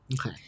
Okay